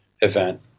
event